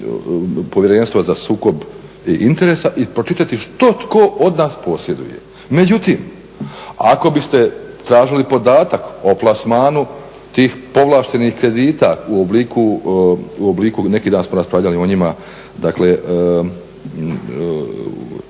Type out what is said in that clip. Povjerenstvo za sukob interesa i pročitati što tko od nas posjeduje. Međutim ako biste tražili podatak od plasmanu tih povlaštenih kredita u obliku, neki dan smo raspravljali o njima, dakle